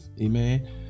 Amen